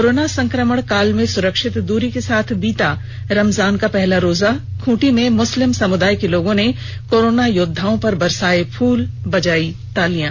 corona संकमण काल में सुरक्षित दूरी के साथ बीता रमजान का पहला रोजा खूंटी में मुस्लिम समुदाय के लोगों ने कोरोना योद्वाओं पर बरसाये फूल बजाई तालियां